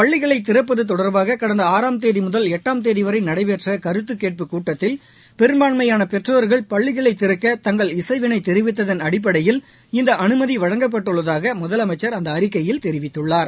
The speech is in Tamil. பள்ளிகளை திறப்பது தொடர்பாக கடந்த ஆறாம் தேதி முதல் எட்டாம் தேதி வரை நடைபெற்ற கருத்து கேட்பு கூட்டத்தில் பெம்பான்னமயான பெற்றோர்கள் பள்ளிகளை திறக்க தங்கள் இசைவினை தெரிவித்ததன் அடிப்பளடயில் இந்த அனுமதி வழங்கப்பட்டுள்ளதாக முதலமைச்சா் அந்த அறிக்கையில் தெரிவித்துள்ளாா்